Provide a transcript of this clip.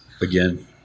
again